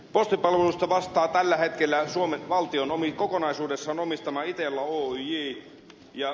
postipalvelusta vastaa tällä hetkellä suomen valtion kokonaisuudessaan omistama itella oyj